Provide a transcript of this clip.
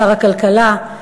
שר הכלכלה,